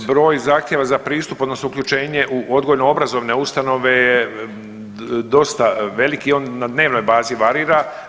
Pa broj, broj zahtjeva za pristup odnosno uključenje u odgojno-obrazovne ustanove je dosta velik i on na dnevnoj bazi varira.